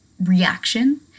reaction